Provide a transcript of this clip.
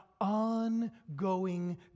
ongoing